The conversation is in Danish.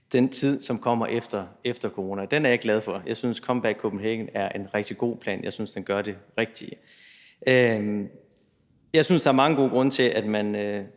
den tid, der kommer efter corona. Den er jeg glad for. Jeg synes, at »Comeback Copenhagen« er en rigtig god plan. Jeg synes, den gør det rigtige. Jeg synes, der er mange gode grunde til, at man,